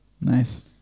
Nice